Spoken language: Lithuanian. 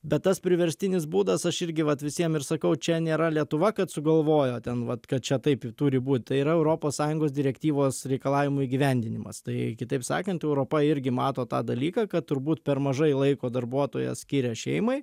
bet tas priverstinis būdas aš irgi vat visiem ir sakau čia nėra lietuva kad sugalvojo ten vat kad čia taip turi būt tai yra europos sąjungos direktyvos reikalavimų įgyvendinimas tai kitaip sakant europa irgi mato tą dalyką kad turbūt per mažai laiko darbuotojas skiria šeimai